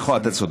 נכון, אתה צודק.